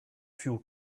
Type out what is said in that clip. fuel